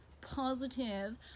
positive